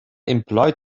employed